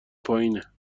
پایینه